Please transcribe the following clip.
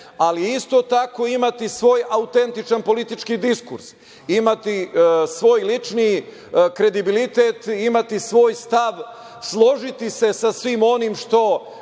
ali isto tako imati svoj autentičan politički diskurs, imati svoj lični kredibilitet, imati svoj stav, složiti se sa svim onim što